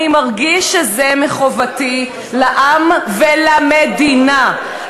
"אני מרגיש שזה מחובתי לעם ולמדינה,